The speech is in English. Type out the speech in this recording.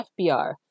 FBR